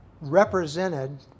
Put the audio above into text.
represented